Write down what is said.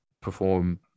perform